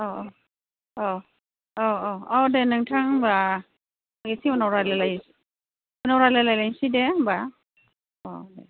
औ औ औ औ औ दे नोंथां होनबा एसे उनाव रायलायलाय उनाव रायलायलायसै दे होम्बा औ दे